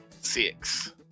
Six